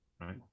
right